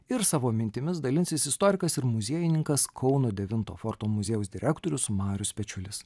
ir savo mintimis dalinsis istorikas ir muziejininkas kauno devinto forto muziejaus direktorius marius pečiulis